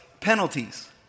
penalties